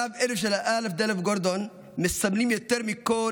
דבריו אלה של א"ד גורדון מסמלים יותר מכול